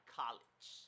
college